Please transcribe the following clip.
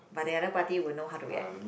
but the other party will know how to react